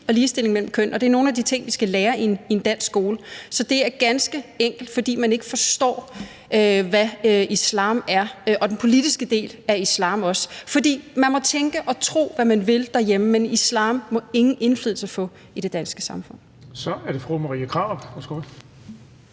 og ligestilling mellem kønnene, og det er nogle af de ting, vi skal lære i en dansk skole. Så det er ganske enkelt, fordi man ikke forstår, hvad islam er – også den politiske del af islam. For man må tænke og tro, hvad man vil derhjemme, men islam må ingen indflydelse få i det danske samfund. Kl. 16:37 Den fg.